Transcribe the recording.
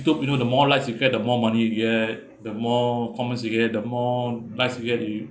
YouTube you know the more likes you get the more money you get the more comments you get the more likes you get you